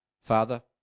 Father